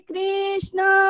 Krishna